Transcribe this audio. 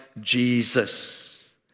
Jesus